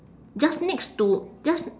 just next to just